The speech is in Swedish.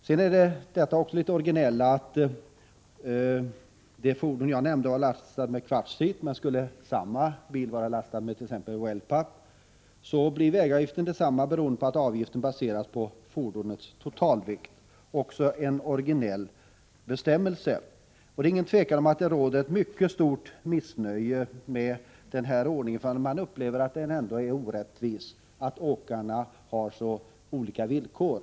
Om vidare det fordon som jag nämnde — vilket var lastat med kvartsit — i stället skulle ha varit lastat med wellpapp, skulle oförändrad avgift ha uttagits, eftersom avgiften baseras på fordonets totalvikt. Även detta är en litet originell bestämmelse. Mycket stort missnöje råder med den nuvarande ordningen. Det upplevs som orättvist att åkarna har så olika villkor.